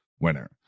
winner